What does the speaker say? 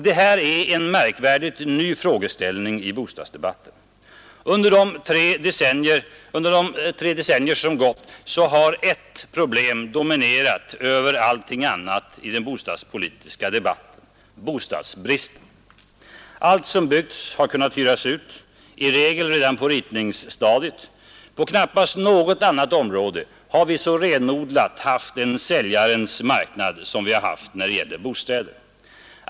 Detta är en märkvärdigt ny frågeställning i bostadsdebatten. Under de tre decennier som gått har ett problem dominerat över allting annat i den bostadspolitiska debatten — bostadsbristen. Allt som byggts har kunnat hyras ut, i regel redan på ritningsstadiet. På knappast något annat område har vi så renodlat haft en säljarens marknad som när det gäller bostäder.